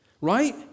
Right